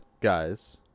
guys